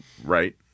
right